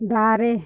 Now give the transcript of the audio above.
ᱫᱟᱨᱮ